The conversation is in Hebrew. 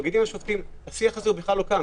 השיח הזה לא קיים.